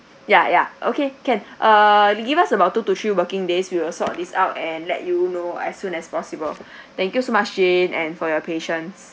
ya ya okay can err you give us about two to three working days we will sort this out and let you know as soon as possible thank you so much jane and for your patience